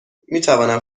میتوانم